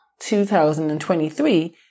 2023